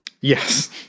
Yes